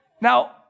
Now